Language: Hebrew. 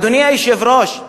אדוני היושב-ראש,